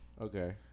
Okay